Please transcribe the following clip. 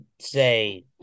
say